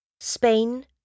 Spain